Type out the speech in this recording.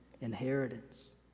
inheritance